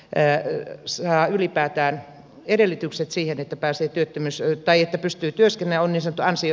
en saa ylipäätään edellytykset siihen että pääsyytettynä syyttäjä pystyy työstimme on isä taisi